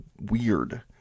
weird